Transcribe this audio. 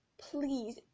please